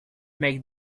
make